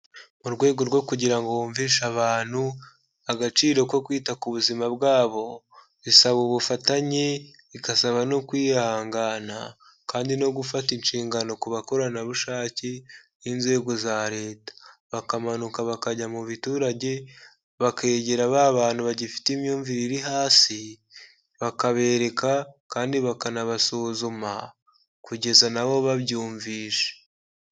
Mu rwego rwo kugira ngo bumvishe abantu agaciro ko kwita ku buzima bwabo bisaba ubufatanye, bigasaba no kwihangana kandi no gufata inshingano ku bakoranabushake n'inzego za leta, bakamanuka bakajya mu biturage bakegera ba bantu bagifite imyumvire iri hasi bakabereka kandi bakanabasuzuma kugeza na bo babyumvishe.